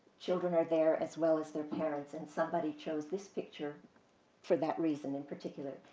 children are there, as well as their parents, and somebody chose this picture for that reason, in particular.